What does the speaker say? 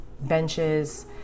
benches